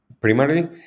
Primarily